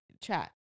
chat